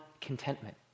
contentment